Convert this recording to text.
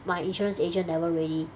my insurance agent never really